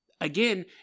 Again